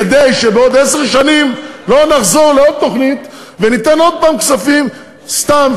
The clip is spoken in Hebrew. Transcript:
כדי שבעוד עשר שנים לא נחזור לעוד תוכנית וניתן עוד פעם כספים סתם,